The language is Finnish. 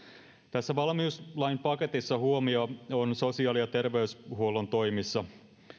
tässä valmiuslain paketissa huomio on sosiaali ja terveyshuollon toimissa